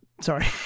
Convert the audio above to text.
Sorry